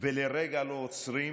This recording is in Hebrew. ולרגע לא עוצרים